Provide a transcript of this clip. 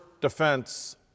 defense